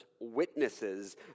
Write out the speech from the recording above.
witnesses